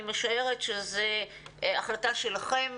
אני משערת שזו החלטה שלכם,